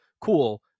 cool